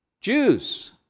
Jews